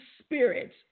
spirits